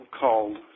called